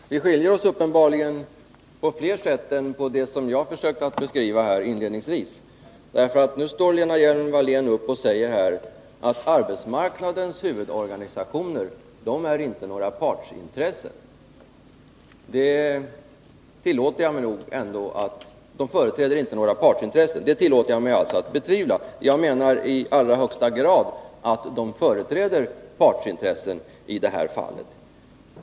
Herr talman! Vi skiljer oss uppenbarligen åt på fler sätt än vad jag försökt beskriva inledningsvis. Nu står Lena Hjelm-Wallén upp och säger att arbetsmarknadens huvudorganisationer inte företräder några partsintressen. Jag tillåter mig ändå betvivla det. Jag menar att de i allra högsta grad företräder partsintressen i det här fallet.